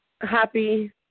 Happy